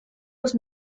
los